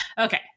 Okay